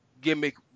gimmick